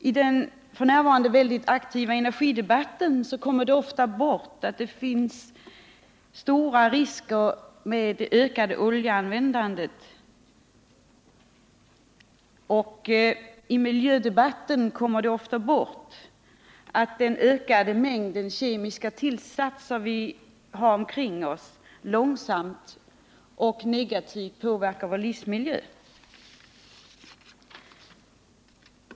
I den f. n. mycket aktiva energidebatten kommer det ofta bort att det finns stora risker med det ökade oljeanvändandet, och i miljödebatten kommer ofta bort att den ökade mängden kemiska tillsatser omkring oss långsamt negativt påverkar vår livsmiljö.